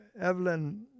Evelyn